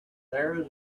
there